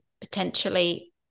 potentially